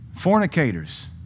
Fornicators